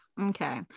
okay